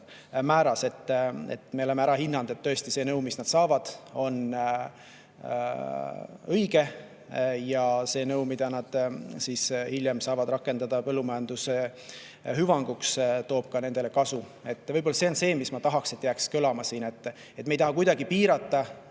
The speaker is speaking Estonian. määral. Me oleme ära hinnanud, et see nõu, mida nad saavad, on tõesti õige ja see nõu, mida nad hiljem saavad rakendada põllumajanduse hüvanguks, toob nendele ka kasu. Võib-olla see on see, mis ma tahaks, et jääks siin kõlama. Me ei taha kuidagi piirata